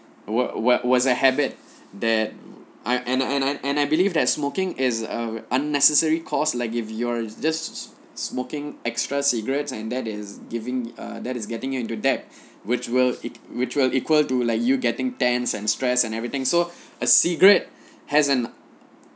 wa~ wa~ was a habit that I and and and I and I believe that smoking is a unnecessary cost like if you're just smoking extra cigarettes and that is giving uh that is getting you into debt which will e~ which will equal to like you getting tense and stress and everything so a cigarette hasn't